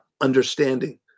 understanding